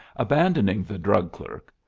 abandoning the drug clerk,